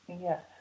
Yes